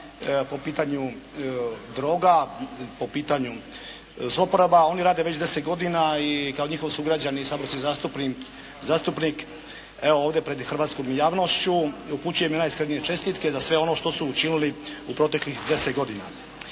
po pitanju droga, po pitanju zlouporaba. Oni rade već 10 godina i kao njihov sugrađanin i saborski zastupnik evo ovdje pred hrvatskom javnošću upućujem im najiskrenije čestitke za sve ono što su učinili u proteklih 10 godina.